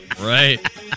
right